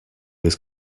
was